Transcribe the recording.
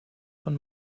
von